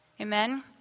Amen